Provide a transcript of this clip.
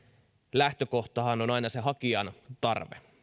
lähtökohtahan on aina se hakijan tarve